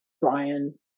Brian